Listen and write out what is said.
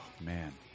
man